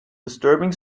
disturbing